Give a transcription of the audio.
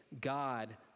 God